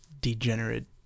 degenerate